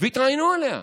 והתראיינו עליה,